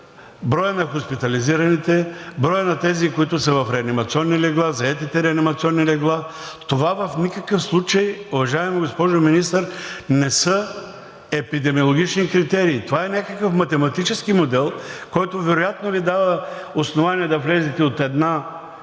броят на хоспитализираните, броят на тези, които са в реанимационни легла, заетите реанимационни легла. Това в никакъв случай, уважаема госпожо Министър, не са епидемиологични критерии, това е някакъв математически модел, който вероятно Ви дава основание да влезете от една